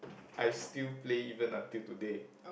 I still play even until today